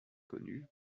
connue